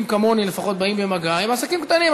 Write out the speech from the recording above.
כמוני לפחות באים במגע הם עסקים קטנים,